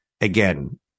Again